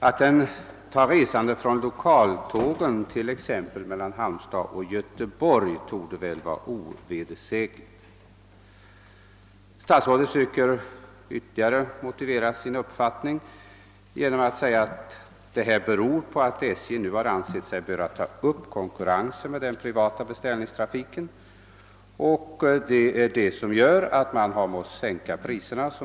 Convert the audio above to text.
Att den tar resande från lokaltågen, t.ex. mellan Halmstad och Göteborg, torde vara ovedersägligt. Statsrådet söker att ytterligare motivera sin uppfattning i svaret genom att säga att detta beror på att SJ nu ansett sig böra ta upp konkurrensen med den privata beställningstrafiken. Detta gör att man har måst sänka priserna.